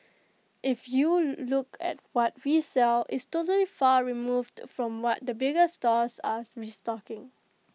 if you look at what we sell it's totally far removed from what the bigger stores are restocking